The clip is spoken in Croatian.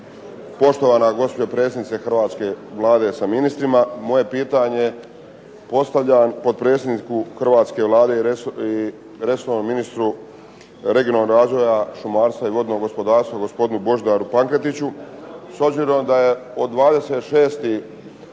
poštovana gospođo predsjednice hrvatske Vlade sa ministrima. Moje pitanje postavljam potpredsjedniku hrvatske Vlade i resornom ministru regionalnog razvoja šumarstva i vodnog gospodarstva gospodinu Božidaru Pankretiću. S obzirom da je od 26.